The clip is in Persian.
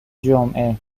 جمعه